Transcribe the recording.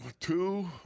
two